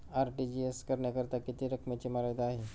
RTGS करण्यासाठी किती रकमेची मर्यादा आहे?